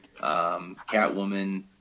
Catwoman